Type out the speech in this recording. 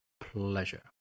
pleasure